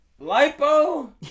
Lipo